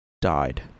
died